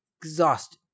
Exhausted